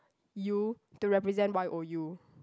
U to represent Y O U